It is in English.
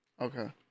Okay